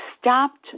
stopped